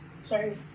Sorry